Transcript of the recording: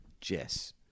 jess